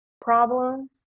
problems